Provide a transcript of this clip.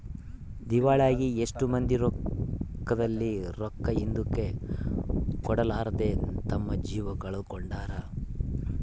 ದಿವಾಳಾಗಿ ಎಷ್ಟೊ ಮಂದಿ ರೊಕ್ಕಿದ್ಲೆ, ರೊಕ್ಕ ಹಿಂದುಕ ಕೊಡರ್ಲಾದೆ ತಮ್ಮ ಜೀವ ಕಳಕೊಂಡಾರ